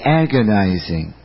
agonizing